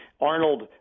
Arnold